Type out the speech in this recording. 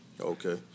Okay